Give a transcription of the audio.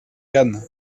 cannes